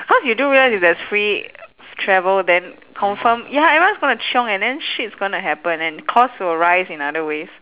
cause you do realise if there's free travel then confirm ya everyone's gonna chiong and then shit is gonna happen and costs will rise in other ways